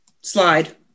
slide